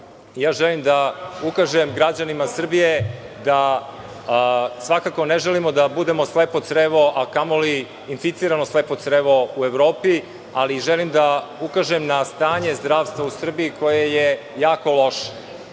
da ukažem građanima RS da svakako ne želimo da budemo slepo crevo, a kamo li inficirano slepo crevo u Evropi. Želim da ukažem na stanje zdravstva u Srbiji koje je jako loše. Dragi